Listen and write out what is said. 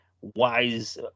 wise